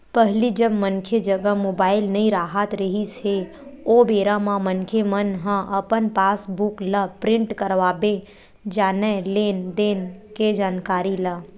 पहिली जब मनखे जघा मुबाइल नइ राहत रिहिस हे ओ बेरा म मनखे मन ह अपन पास बुक ल प्रिंट करवाबे जानय लेन देन के जानकारी ला